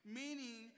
meaning